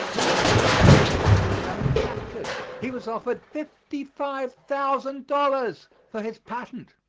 and the pin is now being manufactured. he was offered fifty-five thousand dollars for his patent.